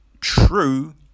true